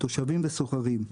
תושבים וסוחרים.